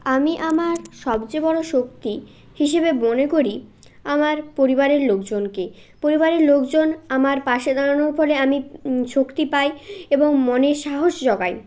আমি আমার সবচেয়ে বড়ো শক্তি হিসেবে মনে করি আমার পরিবারের লোকজনকে পরিবারের লোকজন আমার পাশে দাঁড়ানোর ফলে আমি শক্তি পাই এবং মনে সাহস জোগায়